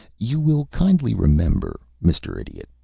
you will kindly remember, mr. idiot,